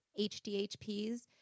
HDHPs